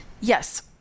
Yes